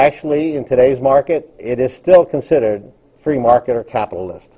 actually in today's market it is still considered free market or capitalist